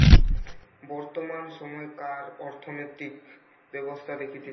বর্তমান সময়কার অর্থনৈতিক ব্যবস্থা দেখতেছে